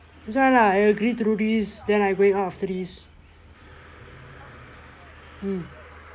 that's why lah I agree to do this then I going out after this